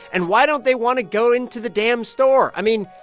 and why don't they want to go into the damn store? i mean,